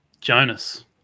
jonas